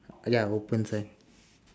ya open sign